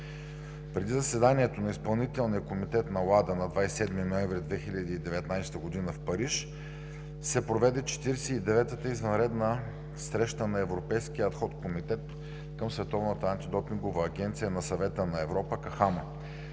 Преди заседанието на Изпълнителния комитет на WADA на 27 ноември 2019 г. в Париж се проведе 49 ата извънредна среща на Европейския комитет към Световната